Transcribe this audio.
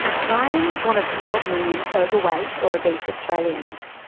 brian is one of twelve million overweight or obese australians.